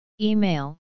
Email